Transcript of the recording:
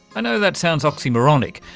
i know that sounds oxymoronic,